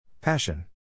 Passion